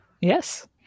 Yes